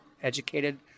educated